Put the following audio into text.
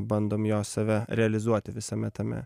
bandom jo save realizuoti visame tame